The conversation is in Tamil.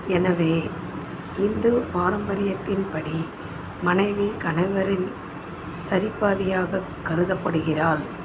எனவே இந்து பாரம்பரியத்தின்படி மனைவி கணவரின் சரிபாதியாக கருதப்படுகிறாள்